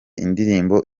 indirimbo